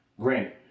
Granted